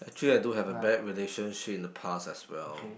actually I do have a bad relationship in the past as well